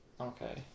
Okay